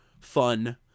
fun